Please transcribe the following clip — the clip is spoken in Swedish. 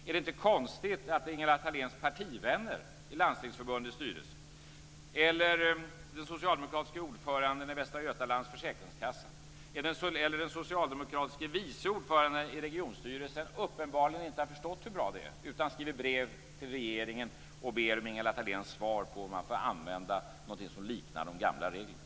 Är det inte konstigt att Ingela Thaléns partivänner i Landstingsförbundets styrelse, eller den socialdemokratiske ordföranden i Västra Götalands försäkringskassa, eller den socialdemokratiske vice ordföranden i regionstyrelsen, uppenbarligen inte har förstått hur bra detta är utan skriver brev till regeringen och ber om Ingela Thaléns svar på huruvida man får använda någonting som liknar de gamla reglerna?